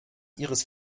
ihres